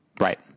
Right